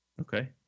Okay